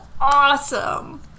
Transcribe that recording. awesome